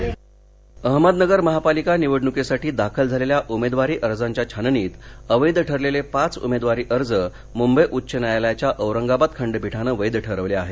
अहमदनगर अहमदनगर महापालिका निवडणुकीसाठी दाखल झालेल्या उमेदवारी अर्जांच्या छाननीत अवैध ठरलेले पाच उमेदवारी अर्ज मुंबई उच्च न्यायालयाच्या औरंगाबाद खंडपीठानं वैध ठरवले आहेत